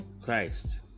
christ